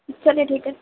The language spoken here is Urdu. چلیے ٹھیک ہے